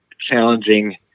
challenging